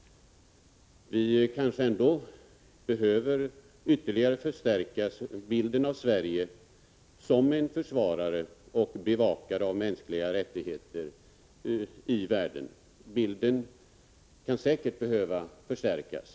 Vi kanske ändå behöver ytterligare förstärka bilden av Sverige som försvarare och bevakare av mänskliga rättigheter i världen. Den bilden kan säkert behöva förstärkas.